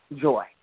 joy